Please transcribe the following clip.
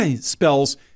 spells